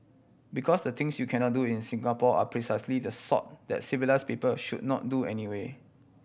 because the things you cannot do in Singapore are precisely the sort that civilise people should not do anyway